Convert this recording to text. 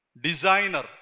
designer